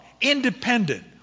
independent